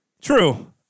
True